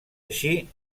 així